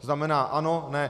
To znamená ano ne.